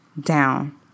down